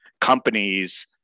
companies